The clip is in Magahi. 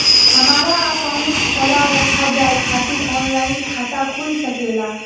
हमारा अकाउंट खोला रखा जाए खातिर ऑनलाइन खाता खुल सके ला?